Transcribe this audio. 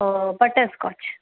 butterscotch